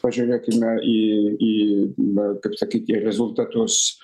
pažiūrėkime į į na kaip sakyti rezultatus